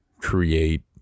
create